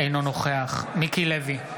אינו נוכח מיקי לוי,